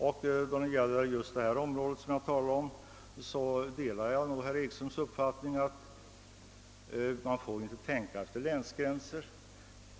Då det gäller just det område som jag talade om delar jag herr Ekströms åsikt att man inte får tänka efter länsgränser.